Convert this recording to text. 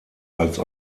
als